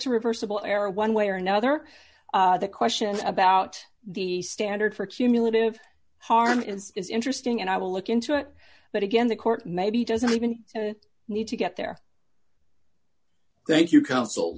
to reversible error one way or another the question about the standard for cumulative harm is is interesting and i will look into it but again the court maybe doesn't even need to get their thank you counsel